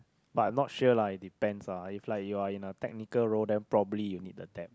but not sure lah it depends lah if like you're in the technical role then probably you'll need the depth